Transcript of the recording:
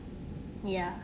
ya